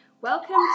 Welcome